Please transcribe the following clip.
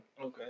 Okay